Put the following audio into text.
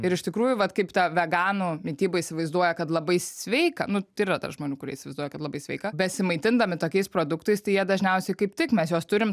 ir iš tikrųjų vat kaip ta veganų mityba įsivaizduoja kad labai sveika nu tai yra dar žmonių kurie įsivaizduoja kad labai sveika besimaitindami tokiais produktais tai jie dažniausiai kaip tik mes juos turim